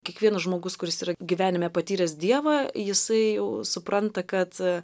kiekvienas žmogus kuris yra gyvenime patyręs dievą jisai jau supranta kad